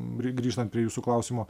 ri grįžtant prie jūsų klausimo